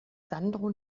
sandro